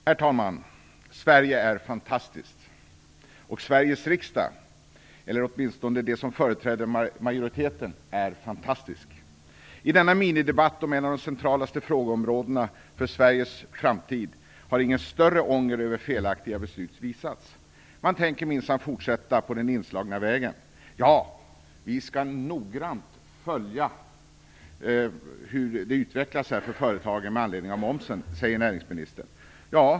Herr talman! Sverige är fantastiskt! Och även Sveriges riksdag, eller åtminstone den del av den som företräder majoriteten, är fantastisk. I denna minidebatt om ett av de centralaste frågeområdena för Sveriges framtid har det inte visats någon större ånger över felaktiga beslut. Man tänker minsann fortsätta på den inslagna vägen! Vi skall noggrant följa hur det utvecklas för företagen med anledning av momsen, säger näringsministern.